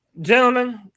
Gentlemen